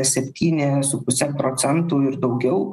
septyni su puse procentų ir daugiau